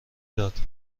داد